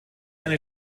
eine